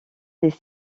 des